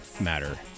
matter